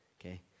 Okay